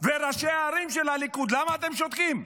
וראשי הערים של הליכוד, למה אתם שותקים?